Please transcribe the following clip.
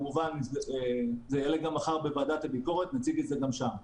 זה כמובן יעלה מחר גם בוועדת הביקורת ונציג את זה גם שם.